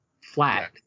flat